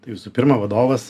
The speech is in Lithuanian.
tai visų pirma vadovas